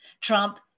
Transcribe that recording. Trump